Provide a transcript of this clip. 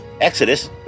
Exodus